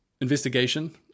investigation